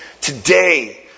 today